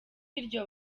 iryo